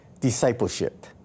Discipleship